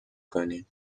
کنی